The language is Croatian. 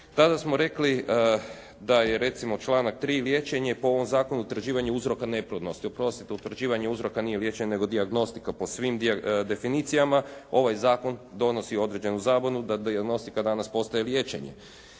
tada smo rekli da je recimo članak 3. liječenje po ovom zakonu utvrđivanje uzroka neplodnosti. Oprostite, utvrđivanje uzroka nije liječenje nego dijagnostika po svim definicijama. Ovaj zakon donosi određenu zabunu da dijagnostika danas postaje liječenje.